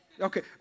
Okay